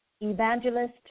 Evangelist